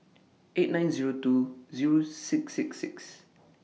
eight nine Zero two Zero six six six